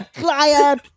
client